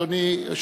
אדוני,